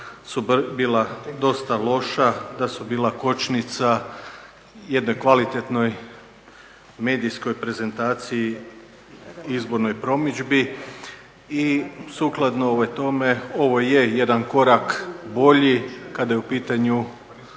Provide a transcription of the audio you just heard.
su bila dosta loša, da su bila kočnica jednoj kvalitetnoj medijskoj prezentaciji, izbornoj promidžbi i sukladno tome ovo je jedan korak bolji kada je u pitanju